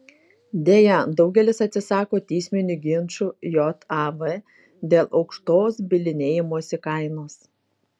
deja daugelis atsisako teisminių ginčų jav dėl aukštos bylinėjimosi kainos